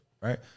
right